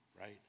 right